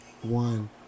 One